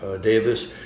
Davis